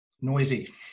noisy